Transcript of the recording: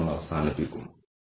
ഇതൊരു സൌജന്യ വെബ്സൈറ്റാണ്